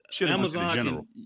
Amazon